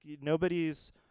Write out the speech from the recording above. nobody's